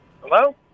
Hello